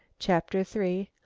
chapter three.